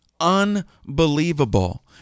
Unbelievable